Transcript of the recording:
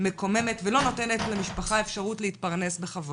מקוממת ולא נותנת למשפחה אפשרות להתפרנס בכבוד.